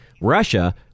Russia